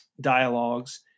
dialogues